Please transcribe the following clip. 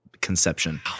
conception